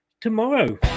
tomorrow